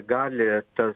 gali tas